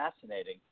fascinating